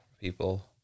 people